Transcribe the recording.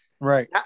Right